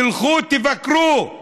תלכו, תבקרו,